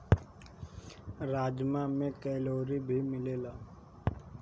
राजमा में कैलोरी भी मिलेला